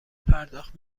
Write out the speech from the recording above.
پرداخت